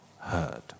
heard